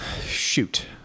shoot